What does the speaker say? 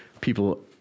people